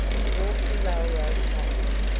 to walk the railroad ties!